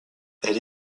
elle